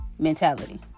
Mentality